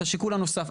את השיקול הנוסף,